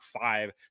five